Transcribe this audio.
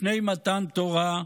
לפני מתן תורה,